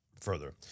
further